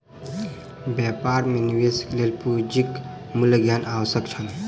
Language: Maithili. व्यापार मे निवेशक लेल पूंजीक मूल्य ज्ञान आवश्यक छल